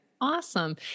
Awesome